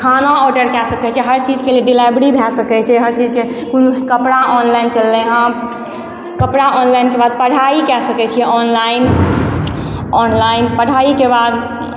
खाना ऑर्डर कए सकय छियै हर चीजके लिये डिलिवरी भए सकय छै हर चीजके कोनो कपड़ा ऑनलाइन चललइ हँ कपड़ा ऑनलाइनके बाद पढ़ाइ कए सकय छियै ऑनलाइन ऑनलाइन पढ़ाइके बाद